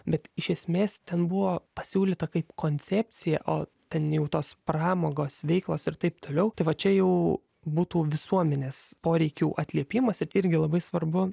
bet iš esmės ten buvo pasiūlyta kaip koncepcija o ten jau tos pramogos veiklos ir taip toliau tai va čia jau būtų visuomenės poreikių atliepimas ir irgi labai svarbu